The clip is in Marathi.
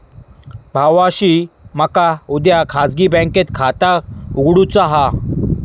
भावाशी मका उद्या खाजगी बँकेत खाता उघडुचा हा